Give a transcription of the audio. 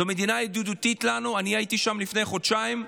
זו מדינה ידידותית לנו, הייתי שם לפני חודשיים.